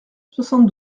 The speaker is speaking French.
soixante